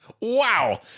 Wow